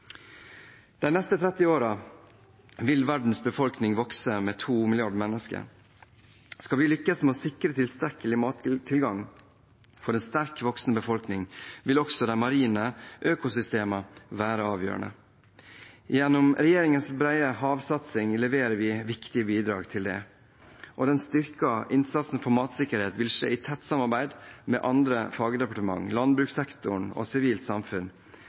De neste 30 årene vil verdens befolkning vokse med 2 milliarder mennesker. Skal vi lykkes med å sikre tilstrekkelig mattilgang for en sterkt voksende befolkning, vil også de marine økosystemene være avgjørende. Gjennom regjeringens brede havsatsing leverer vi viktige bidrag til dette. Den styrkede innsatsen for matsikkerhet vil skje i tett samarbeid med andre fagdepartementer, landbrukssektoren og sivilt samfunn.